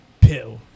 pill